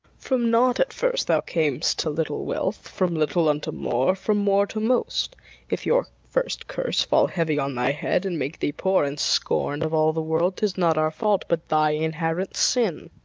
from naught at first thou cam'st to little wealth, from little unto more, from more to most if your first curse fall heavy on thy head, and make thee poor and scorn'd of all the world, tis not our fault, but thy inherent sin.